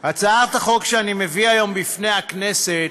הצעת החוק שאני מביא היום בפני הכנסת